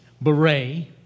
beret